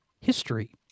history